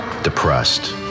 depressed